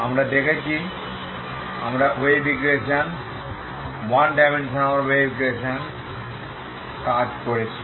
আমরা দেখেছি আমরা wave equation one dimensional wave equation কাজ করেছি